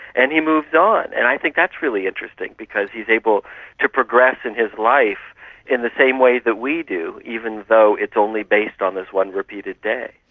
and he moves on. and i think that's really interesting because he is able to progress in his life in the same way that we do, even though it's only based on this one repeated day.